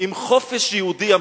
עם חופש יהודי אמיתי.